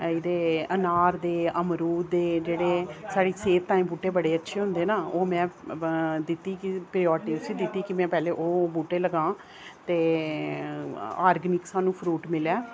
एह्दे अनार दे अमरूद दे जेह्ड़े साढ़ी सेह्त ताईं बूह्टे बड़े अच्छे होंदे ना ओह् मैं दित्ती पेयोरिटी उसी दित्ती कि मैं पैह्ले ओह् बूह्टे लगां ते आर्गनिक्स सानूं फरूट मिलेआ